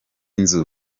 nzu